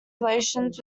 relations